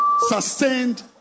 sustained